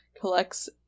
collects